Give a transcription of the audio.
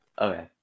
Okay